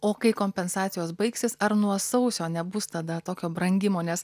o kai kompensacijos baigsis ar nuo sausio nebus tada tokio brangimo nes